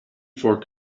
four